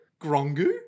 Grongu